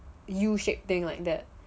U shape thing like that